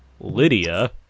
Lydia